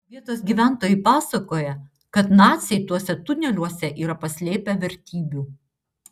vietos gyventojai pasakoja kad naciai tuose tuneliuose yra paslėpę vertybių